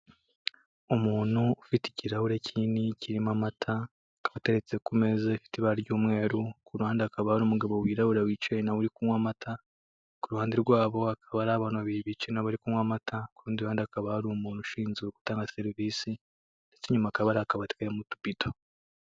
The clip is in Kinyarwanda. Umuntu ufite ikirahure kinini kirimo amata, akaba ateretse ku meza ifite ibara ry'umweru, ku ruhande hakaba hari umugabo wirabura wicaye na we uri kunywa amata, ku ruhande rwabo hakaba hari abantu babiri bicaye na bo bari kunywa amata, ku rundi ruhande hakaba hari hari umuntu ushinzwe gutanga serivise ndetse inyuma hakaba hari akabati karimo utubido.